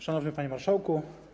Szanowny Panie Marszałku!